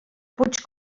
puig